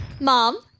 Mom